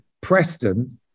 Preston